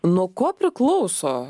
nuo ko priklauso